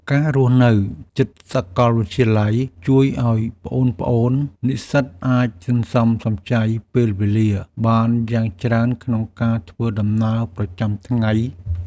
ការរស់នៅជិតសាកលវិទ្យាល័យជួយឱ្យប្អូនៗនិស្សិតអាចសន្សំសំចៃពេលវេលាបានយ៉ាងច្រើនក្នុងការធ្វើដំណើរប្រចាំថ្ងៃ។